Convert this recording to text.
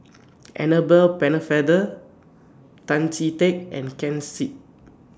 Annabel Pennefather Tan Chee Teck and Ken Seet